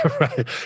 right